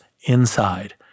inside